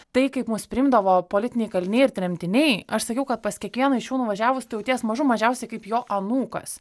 tai kaip mus priimdavo politiniai kaliniai ir tremtiniai aš sakiau kad pas kiekvieną iš jų nuvažiavus tu jauties mažų mažiausiai kaip jo anūkas